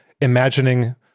imagining